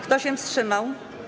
Kto się wstrzymał?